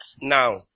Now